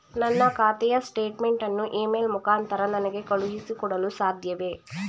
ನನ್ನ ಖಾತೆಯ ಸ್ಟೇಟ್ಮೆಂಟ್ ಅನ್ನು ಇ ಮೇಲ್ ಮುಖಾಂತರ ನನಗೆ ಕಳುಹಿಸಿ ಕೊಡಲು ಸಾಧ್ಯವೇ?